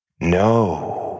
No